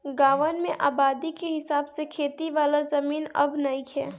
गांवन में आबादी के हिसाब से खेती वाला जमीन अब नइखे